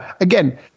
again